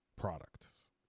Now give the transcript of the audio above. Products